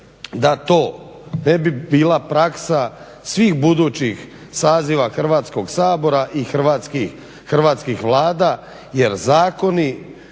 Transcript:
da to ne bi bila praksa svih budućih saziva Hrvatskog sabora i hrvatskih Vlada jer zakoni